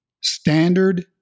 standard